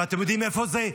ואתם יודעים איפה זה?